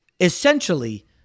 essentially